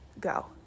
go